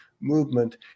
movement